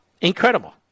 Incredible